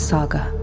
Saga